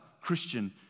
Christian